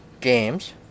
games